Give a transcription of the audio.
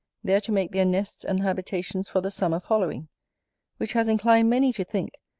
there to make their nests and habitations for the summer following which has inclined many to think,